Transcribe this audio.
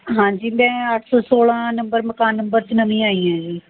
ਹਾਂਜੀ ਮੈਂ ਅੱਠ ਸੌ ਸੋਲਾਂ ਨੰਬਰ ਮਕਾਨ ਨੰਬਰ 'ਚ ਨਵੀਂ ਆਈ ਹਾਂ ਜੀ